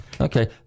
Okay